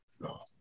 no